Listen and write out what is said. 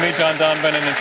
john donvan, and